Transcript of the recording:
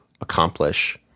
accomplish